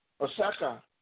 Osaka